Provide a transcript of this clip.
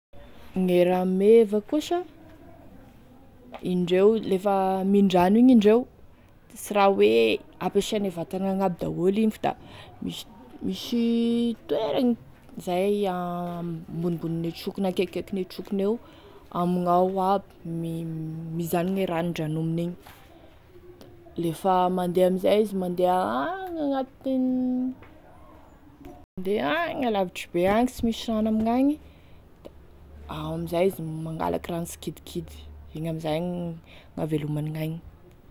E rameva koa sa indreo lefa mindrano igny indreo sy raha hoe ampiasaine vatany agny aby daoly igny fa da misy misy toeragny zay ambonimbonine trokiny akekikekine trokiny eo amignao aby mi mizanogny e rano nondranominy igny lefa mandeha amizay izy mandeha agny agnatinigny ndea agny à lavitra be agny sy misy rano amignagny ao amin'izay izy mangalaky rano sikidikidy, igny amizay hahavelomany gn'ainy.